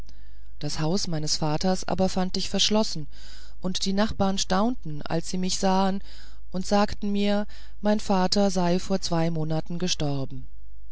das haus meines vaters aber fand ich verschlossen und die nachbarn staunten als sie mich sahen und sagten mir mein vater sei vor zwei monaten gestorben